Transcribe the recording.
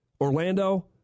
Orlando